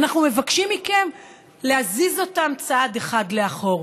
אנחנו מבקשים מכם להזיז אותן צעד אחד לאחור,